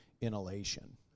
inhalation